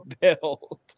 build